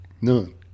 None